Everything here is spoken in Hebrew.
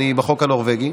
אני בחוק הנורבגי.